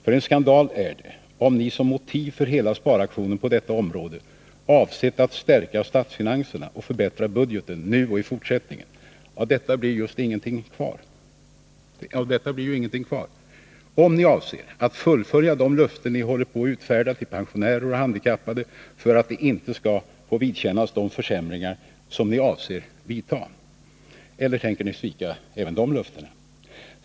För en skandal är det, om ni som motiv för hela sparaktionen på detta område avsett att stärka statsfinanserna och förbättra budgeten nu och i fortsättningen. Av detta blir ju ingenting kvar, om ni avser att fullfölja de löften ni håller på att utfärda till pensionärer och handikappade för att de inte skall få vidkännas de försämringar som ni avser att vidta. — Eller tänker ni svika även de löftena?